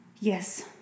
yes